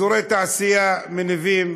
אזורי תעשייה מניבים,